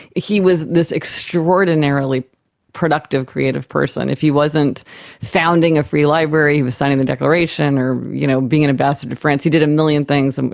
he was this extraordinarily productive, creative person. if he wasn't founding a free library he was signing the declaration or you know being an ambassador to france. he did a million things, and